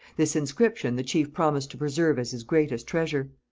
this inscription the chief promised to preserve as his greatest treasure.